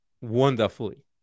wonderfully